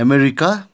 America